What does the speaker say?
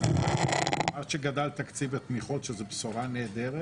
אמרת שגדל תקציב לתמיכות שזו בשורה נהדרת.